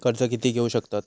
कर्ज कीती घेऊ शकतत?